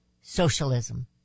socialism